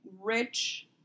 rich